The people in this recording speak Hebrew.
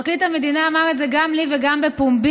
פרקליט המדינה אמר את זה גם לי וגם בפומבי,